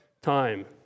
time